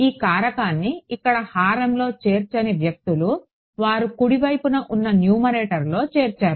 ఈ కారకాన్ని ఇక్కడ హారంలో చేర్చని వ్యక్తులు వారు కుడి వైపున ఉన్న న్యూమరేటర్లో చేర్చారు